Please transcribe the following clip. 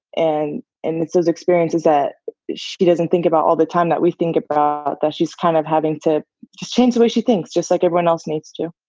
and and it's those experiences that she doesn't think about all the time that we think about ah that she's kind of having to just change the way she thinks, just like everyone else needs to.